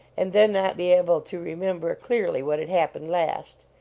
and then not be able to remember clearly what had hap pened last.